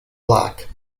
black